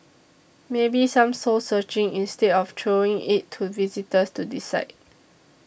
maybe some soul searching instead of throwing it to visitors to decide